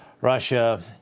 Russia